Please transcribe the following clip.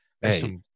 hey